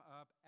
up